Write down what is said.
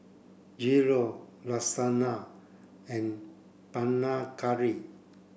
Gyro Lasagna and Panang Curry